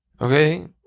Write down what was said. Okay